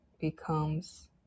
becomes